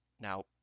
Now